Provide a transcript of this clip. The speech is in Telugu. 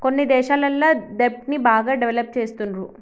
కొన్ని దేశాలల్ల దెబ్ట్ ని బాగా డెవలప్ చేస్తుండ్రు